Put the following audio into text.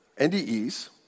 NDE's